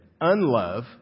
Unlove